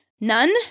None